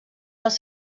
les